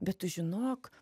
bet tu žinok